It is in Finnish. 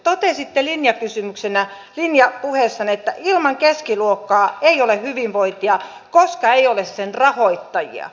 totesitte linjakysymyksenä linjapuheessanne että ilman keskiluokkaa ei ole hyvinvointia koska ei ole sen rahoittajia